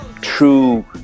true